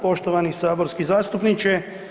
Poštovani saborski zastupniče.